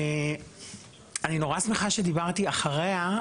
אני נושא שמחה שדיברתי אחריה.